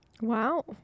Wow